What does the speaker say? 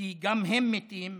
"כי גם הם מתים,